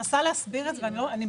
אני מנסה להסביר, ואני לא מצליחה.